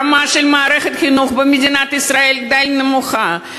הרמה של מערכת החינוך במדינת ישראל די נמוכה.